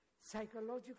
psychological